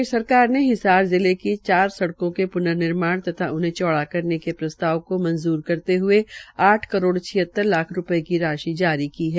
प्रदेश सरकार ने हिसार जिले की चार सड़कों के प्न निर्माण तथा इन्हें चौड़ा कराने के प्रस्ताव को मंजूदर करते हये आठ करोड़ छियतर लाख रूपये की राशि जारी की है